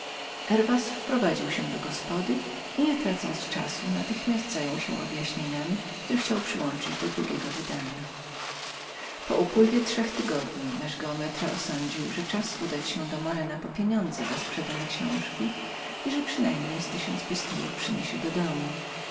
herwas wprowadził się do gospody i nie tracąc czasu natychmiast zajął się objaśnieniami które chciał przyłączyć do drugiego wydania po upływie trzech tygodni nasz geometra osądził że czas był udać się do morena po pieniądze za sprzedane książki i że przynajmniej z tysiąc pistolów przyniesie do domu